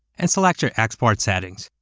and select your export settings.